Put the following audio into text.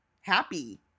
happy